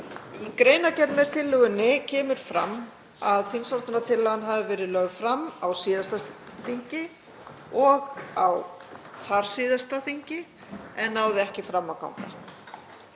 Í greinargerð með tillögunni kemur fram að þingsályktunartillagan hafi verið lögð fram á síðasta þingi og á þarsíðasta þingi en náði ekki fram að ganga.